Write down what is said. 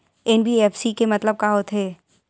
NBFC के मतलब का होथे?